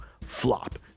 flop